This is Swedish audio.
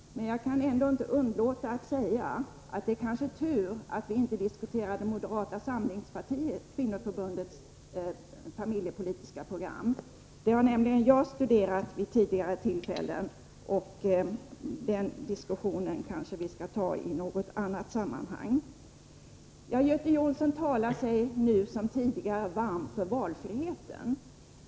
Jag kan ändock inte underlåta att säga att det kanske är tur att vi inte diskuterar det moderata kvinnoförbundets familjepolitiska program. Jag har berört det vid tidigare tillfällen, och en diskussion på den punkten skall vi kanske ta upp i något annat sammanhang. Göte Jonsson talar sig nu som tidigare varm för valfriheten.